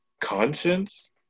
conscience